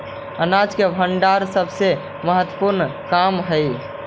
अनाज के भण्डारण सबसे महत्त्वपूर्ण काम हइ